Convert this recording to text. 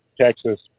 Texas